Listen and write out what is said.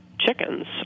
chickens